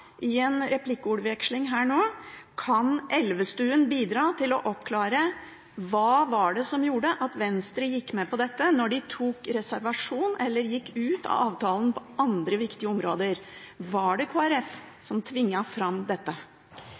i en replikkordveksling. Kan Elvestuen bidra til å oppklare hva det var som gjorde at Venstre gikk med på dette, da de tok reservasjon eller gikk ut av avtalen på andre viktige områder? Var det Kristelig Folkeparti som tvang fram dette?